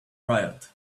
riot